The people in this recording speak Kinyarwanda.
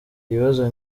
ibibazo